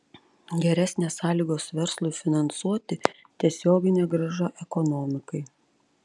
geresnės sąlygos verslui finansuoti tiesioginė grąža ekonomikai